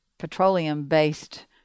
petroleum-based